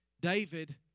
David